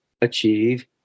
achieve